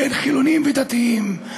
בין חילונים לדתיים.